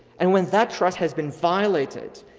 and when that trust has been violated,